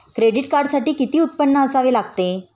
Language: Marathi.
क्रेडिट कार्डसाठी किती उत्पन्न असावे लागते?